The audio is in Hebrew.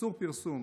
איסור פרסום,